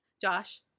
Josh